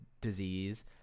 disease